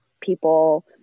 people